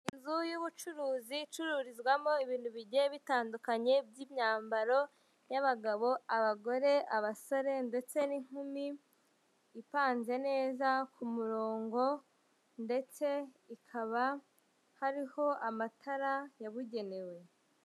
Inzu y'ubucuruzi icururizwamo ibintu bigiye bitandukanye by'imyambaro y'abagabo, abagore, abasore, ndetse n'inkumi, ipanze neza ku murongo, ndetse ikaba hariho amatara yabugenewe.